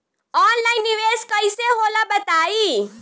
Online निवेस कइसे होला बताईं?